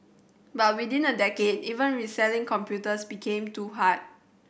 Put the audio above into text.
but within a decade even reselling computers became too hard